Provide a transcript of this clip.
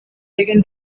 taken